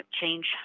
change